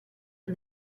and